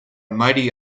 mighty